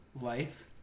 life